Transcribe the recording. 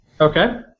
Okay